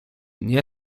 nie